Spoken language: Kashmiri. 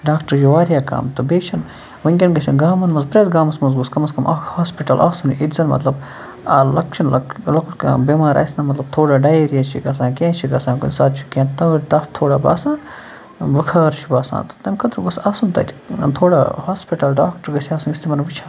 ڈاکٹر چھِ واریاہ کَم تہٕ بیٚیہِ چھِنہٕ وٕنکیٚن گژھن گامَن منٛز پرٛٮ۪تھ گامَس منٛز گوٚژھ کَمَ از کَم اَکھ ہاسپِٹَل آسنُے ییٚتہِ زَن مطلب لَکچَن لَک لۄکُٹ کانٛہہ بٮ۪مار آسہِ نہٕ مطلب تھوڑا ڈَہیریا چھِ گژھان کینٛہہ چھِ گژھان کُنہِ ساتہٕ چھِ کینٛہہ تۭر تَپھ تھوڑا باسان بُخار چھِ باسان تہٕ تَمہِ خٲطرٕ گوٚژھ آسُن تَتہِ تھوڑا ہاسپِٹَل ڈاکٹر گژھِ آسٕنۍ یُس تِمَن وُچھِ ہا